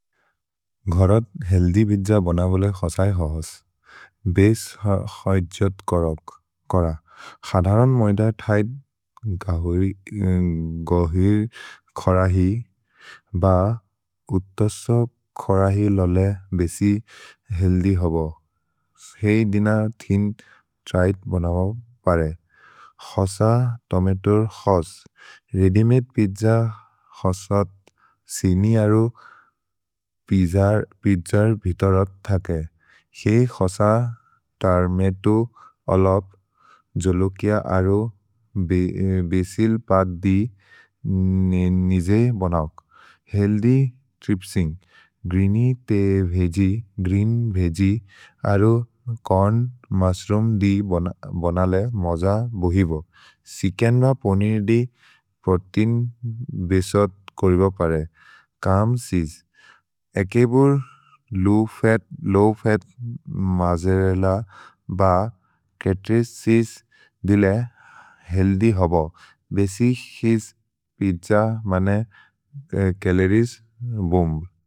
घरत् healthy pizza बन बोले क्ससै क्सस्, बेस् हज्जत् कर। खधरन् मैद थैद् गौहिर् क्सरहि ब उत्तसोब् क्सरहि लोले बेसि हेल्दि होबो। हेइ दिन थिन् छैत् बन बो परे। क्सस, तोमतोर् क्सस्, रेअद्य् मदे पिज्ज क्ससत्, सिनि अरो पिज्जर् पिज्जर् बितोरत् थके। हेइ क्सस, तोमतो, अलोप्, जोलोकिअ अरो, बेसिल् पत् दि निजे बनौक्। हेल्दि त्रिप्सिन्ग्, ग्रिनि ते वेजि, ग्रीन् वेजि, अरो चोर्न् मुश्रूम् दि बनले मज बोहिबो। छ्हिच्केन् ब पने दि प्रोतेइन् बेसत् कोरिबो परे। छल्म् छीसे, एके बुर् लोव् फत् मोज्जरेल्ल ब चत्फिश् छीसे दिले हेल्दि होबो। भेसि हिस् पिज्ज बन चलोरिएस् बूम्।